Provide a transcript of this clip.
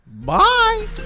bye